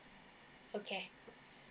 okay